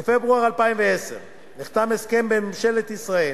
בפברואר 2010 נחתם הסכם בין ממשלת ישראל